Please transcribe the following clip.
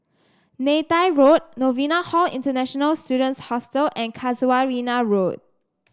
Neythai Road Novena Hall International Students Hostel and Casuarina Road